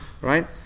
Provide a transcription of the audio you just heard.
Right